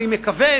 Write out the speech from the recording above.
אני מקווה,